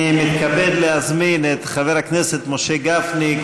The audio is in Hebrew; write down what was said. אני מתכבד להזמין את חבר הכנסת משה גפני,